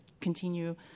continue